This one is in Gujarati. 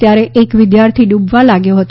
ત્યારે એક વિદ્યાર્થી ડૂબવા લાગ્યો હતો